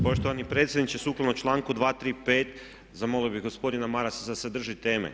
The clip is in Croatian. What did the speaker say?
Poštovani predsjedniče sukladno članku 235 zamolio bih gospodina Marasa da se drži teme.